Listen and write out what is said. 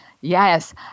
Yes